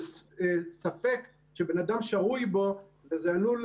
של ספק שבן אדם שרוי בו,